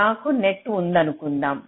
నాకు నెట్ ఉందనుకుందాం